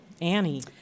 Annie